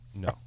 No